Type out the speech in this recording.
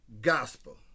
gospel